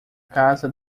casa